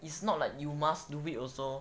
it's not like you must do it also